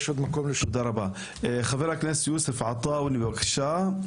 חבר הכנסת יוסף עטאוונה בבקשה.